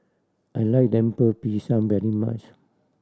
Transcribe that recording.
I like Lemper Pisang very much